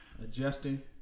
adjusting